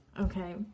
Okay